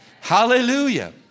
Hallelujah